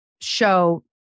show